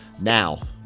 now